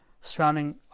surrounding